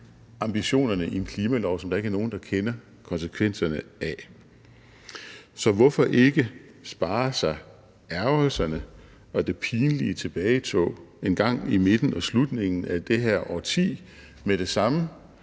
ambitionerne i en klimalov, som der ikke er nogen der kender konsekvenserne af. Så hvorfor ikke spare sig ærgrelserne og det pinlige tilbagetog engang i midten og slutningen af det her årti med det samme?